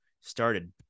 started